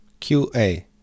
QA